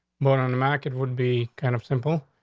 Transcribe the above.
going on the market would be kind of simple.